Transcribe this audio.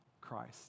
Christ